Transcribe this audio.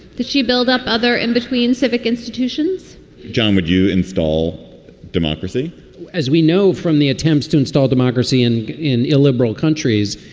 she build up other in between civic institutions john, would you install democracy as we know from the attempts to install democracy and in illiberal countries,